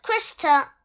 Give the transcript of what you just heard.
Krista